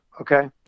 Okay